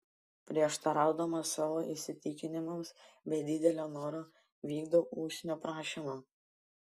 prieštaraudamas savo įsitikinimams be didelio noro vykdau usnių prašymą